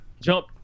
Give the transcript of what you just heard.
jump